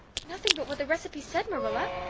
nothing but what the recipe said, marilla,